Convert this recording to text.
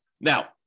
Now